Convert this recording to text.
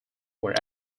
were